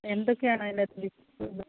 എന്തൊക്കെയാണ് അതിൻ്റെ അകത്ത് ഡിഷ്കൾ